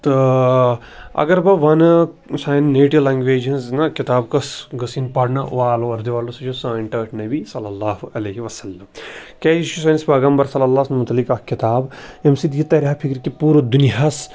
تہٕ اگر بہٕ وَنہٕ سانہِ نیٹِو لنٛگویجہِ ہِنٛز نا کِتاب کُس گٔژھ یِنۍ پَرنہٕ آل اوٚوَر دِ وٲلڈٕ سُہ چھِ سٲنۍ ٹٲٹھۍ نبی صلی اللہُ علیہ وَسلم کیٛازِ یہِ چھُ سٲنِس پیغمبر صلی اللہُ ہَس متعلق اَکھ کِتاب ییٚمہِ سۭتۍ یہِ ترِ ہا فِکرِ کہِ پوٗرٕ دُنیاہَس